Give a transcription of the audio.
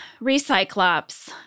Recyclops